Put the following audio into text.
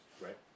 Right